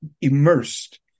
immersed